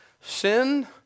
Sin